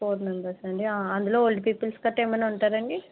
four మెంబర్సా అండి అందులో ఓల్డ్ పీపుల్స్ గట్రా ఏమైనా ఉంటారా అండి